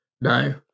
No